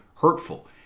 hurtful